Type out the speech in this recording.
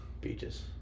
Beaches